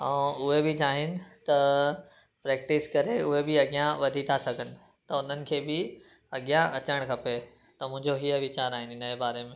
उहे बि चाहिनि त प्रैक्टिस करे उहे बि अॻियां वधी था सघनि त उन्हनि खे बि अॻियां अचणु खपे त मुंहिंजो हीअं वीचार आहिनि हिनजे बारे में